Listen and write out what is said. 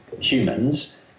humans